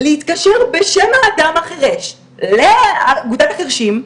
להתקשר בשם האדם החרש לאגודת החרשים,